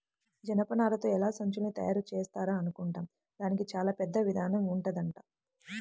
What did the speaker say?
జనపనారతో ఎలా సంచుల్ని తయారుజేత్తారా అనుకుంటాం, దానికి చానా పెద్ద ఇదానం ఉంటదంట